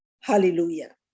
Hallelujah